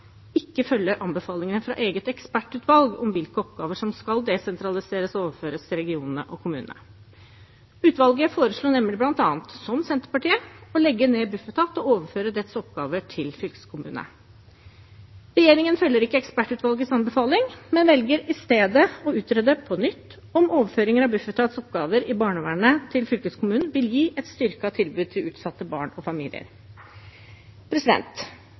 ikke følger anbefalingene fra eget ekspertutvalg om hvilke oppgaver som skal desentraliseres og overføres til regionene og kommunene. Utvalget foreslo nemlig bl.a. – som Senterpartiet – å legge ned Bufetat og overføre dets oppgaver til fylkeskommunene. Regjeringen følger ikke ekspertutvalgets anbefaling, men velger i stedet å utrede på nytt om overføring av Bufetats oppgaver i barnevernet til fylkeskommunen vil gi et styrket tilbud til utsatte barn og familier.